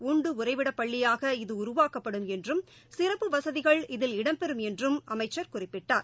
உண்டு உறைவிடப்பள்ளியாக இது உருவாக்கப்படும் என்றும் சிறப்பு வசதிகள் இதில் இடம்பெறும் என்றும் அமைச்சர் குறிப்பிட்டார்